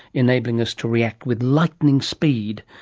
enabling us to react with lightning speed.